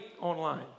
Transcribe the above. online